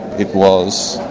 it was,